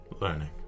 Learning